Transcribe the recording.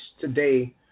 today